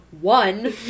one